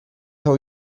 how